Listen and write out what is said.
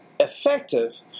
effective